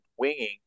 winging